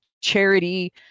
charity